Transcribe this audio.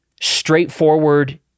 straightforward